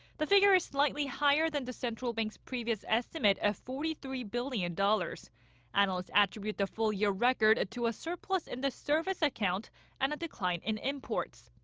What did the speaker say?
the figure is slightly higher than the central bank's previous estimate of forty-three billion dollars analysts attribute the full-year record to a surplus in the service account and a decline in imports.